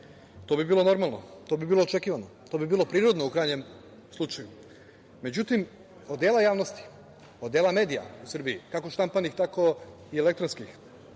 To bi bilo normalno, to bi bilo očekivano, to bi bilo prirodno, u krajnjem slučaju.Međutim, od dela javnosti, od dela medija u Srbiji, kako štampanih, tako i elektronskih,